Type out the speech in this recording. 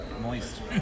Moist